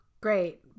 great